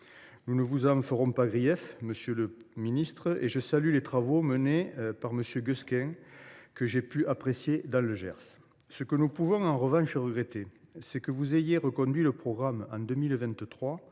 Nous ne vous en ferons pas grief, monsieur le ministre, et je salue les travaux menés par M. Gueusquin, que j’ai pu apprécier dans le Gers. Ce que nous pouvons en revanche regretter, c’est que vous ayez reconduit le programme en 2023